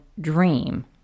dream